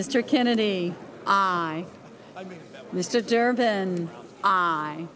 mr kennedy i